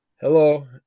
Hello